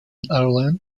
ireland